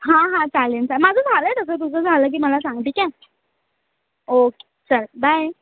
हां हां चालेल च माझं झालं आहे तसं तुझं झालं की मला सांग ठीक आहे ओके चल बाय